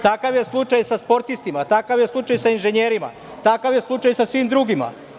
Takav je slučaj sa sportistima, takav je slučaj sa inženjerima, takav je slučaj sa svim drugima.